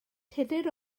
tudur